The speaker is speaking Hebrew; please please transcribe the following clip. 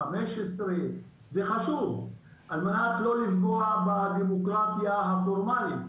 15. זה חשוב על מנת לא לפגוע בדמוקרטיה הפורמלית,